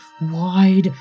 wide